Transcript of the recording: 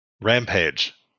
Rampage